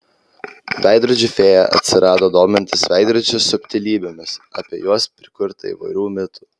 veidrodžių fėja atsirado domintis veidrodžių subtilybėmis apie juos prikurta įvairių mitų